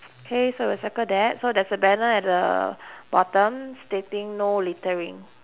K so we'll circle that so there's a banner at the bottom stating no littering